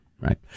Right